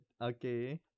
Okay